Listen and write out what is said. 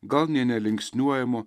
gal nė nelinksniuojamo